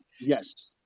Yes